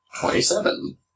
twenty-seven